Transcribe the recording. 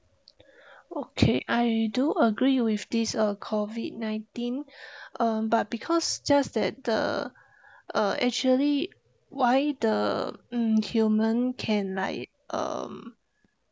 okay I do agree with this uh COVID-nineteen um but because just that the uh actually why the mm human can like um